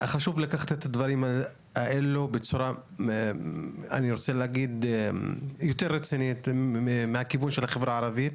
חשוב לקחת את הדברים האלה בצורה יותר רצינית מהכיוון של החברה הערבית.